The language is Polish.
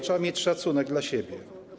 Trzeba mieć szacunek dla siebie.